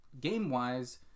game-wise